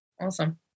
Awesome